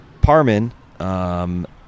Parman